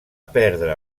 perdre